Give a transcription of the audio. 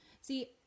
see